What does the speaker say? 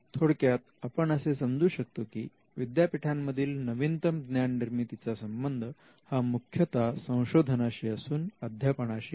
थोडक्यात आपण असे समजू शकतो की विद्यापीठांमधील नवीनतम ज्ञाननिर्मिती चा संबंध हा मुख्यता संशोधनाशी असून अध्यापनाशी नाही